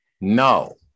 No